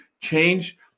Change